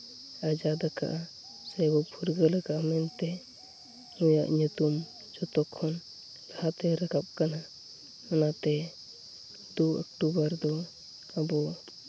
ᱟᱡᱟᱫᱽ ᱟᱠᱟᱼᱟ ᱥᱮ ᱵᱚ ᱯᱷᱩᱨᱜᱟᱹᱞ ᱟᱠᱟᱜᱼᱟ ᱚᱱᱟᱛᱮ ᱱᱩᱭᱟᱜ ᱧᱩᱛᱩᱢ ᱡᱷᱚᱛᱚ ᱠᱷᱚᱱ ᱞᱟᱦᱟᱛᱮ ᱨᱟᱠᱟᱵ ᱟᱠᱟᱱᱟ ᱚᱱᱟᱛᱮ ᱫᱩ ᱚᱠᱴᱳᱵᱚᱨ ᱫᱚ ᱟᱵᱚ